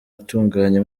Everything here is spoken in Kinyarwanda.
itunganye